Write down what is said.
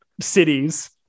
cities